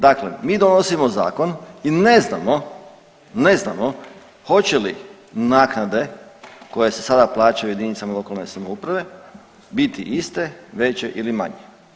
Dakle, mi donosimo zakon i ne znamo, ne znamo hoće li naknade koje se sada plaćaju jedinicama lokalne samouprave biti iste, veće ili manje.